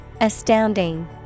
Astounding